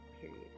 Period